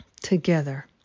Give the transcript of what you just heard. together